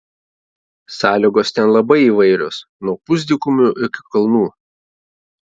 sąlygos ten labai įvairios nuo pusdykumių iki kalnų